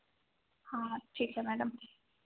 हाँ ठीक है मैडम